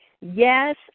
Yes